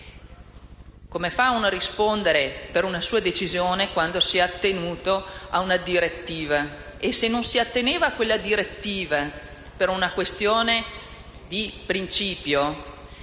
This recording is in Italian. Come farà a rispondere per una sua decisione, quando si è attenuto ad una direttiva? Se invece non si fosse attenuto a tale direttiva, per una questione di principio,